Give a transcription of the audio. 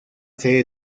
sede